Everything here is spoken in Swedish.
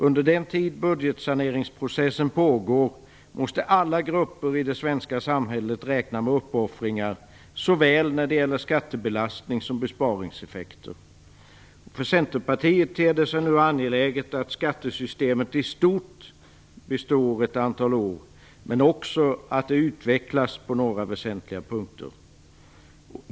Under den tid budgetsaneringsprocessen pågår måste alla grupper i det svenska samhället räkna med uppoffringar såväl när det gäller skattebelastning som besparingseffekter. För Centerpartiet ter det sig nu angeläget att skattesystemet i stort består ett antal år, men också att det utvecklas på några väsentliga punkter.